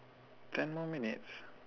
ten more minutes